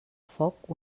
foc